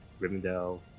Rivendell